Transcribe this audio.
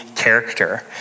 Character